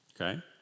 Okay